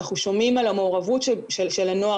אנחנו שומעים על המעורבות של הנוער